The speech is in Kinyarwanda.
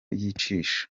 yicisha